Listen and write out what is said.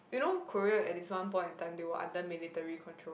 you know Korea at this one point in time they were under military control